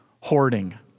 hoarding